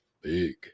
big